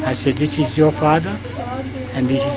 i said, this is your father and this